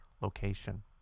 location